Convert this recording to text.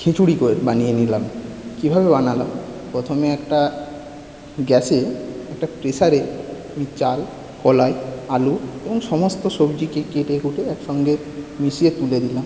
খিচুড়ি বানিয়ে নিলাম কীভাবে বানালাম প্রথমে একটা গ্যাসে একটা প্রেসারে আমি চাল কলাই আলু এবং সমস্ত সবজিকে কেটেকুটে একসঙ্গে মিশিয়ে তুলে দিলাম